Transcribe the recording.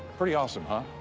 pretty awesome, huh?